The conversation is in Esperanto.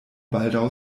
baldaŭ